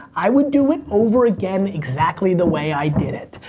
i would do it over again exactly the way i did it.